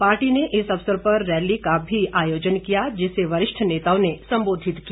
party ने इस अवसर पर रैली का भी आयोजन किया जिसे वरिष्ठ नेताओं ने संबोधित किया